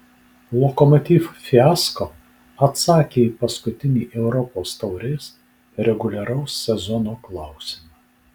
lokomotiv fiasko atsakė į paskutinį europos taurės reguliaraus sezono klausimą